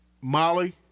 Molly